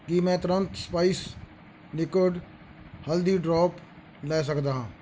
ਕੀ ਮੈਂ ਤੁਰੰਤ spice liquid haldi drop ਲੈ ਸਕਦਾ ਹਾਂ